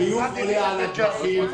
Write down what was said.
ביוב עולה על הדרכים.